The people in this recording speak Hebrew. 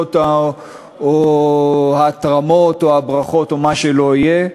הרפואיות או ההתרמות או הברכות, או מה שלא יהיה,